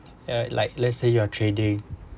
ya like let's say you are trading